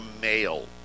male